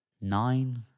nine